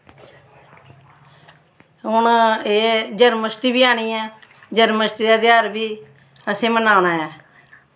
हून एह् जन्माश्टमी बी आनी ऐ जन्माश्टमी दा तेहार बी असें मनान्ना ऐ